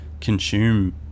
consume